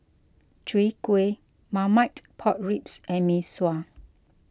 Chwee Kueh Marmite Pork Ribs and Mee Sua